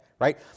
Right